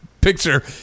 picture